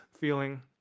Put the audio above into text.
feeling